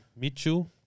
Mitchell